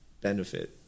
benefit